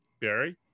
barry